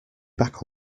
back